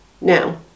now